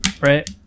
right